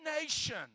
nation